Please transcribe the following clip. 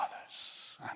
others